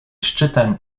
szczytem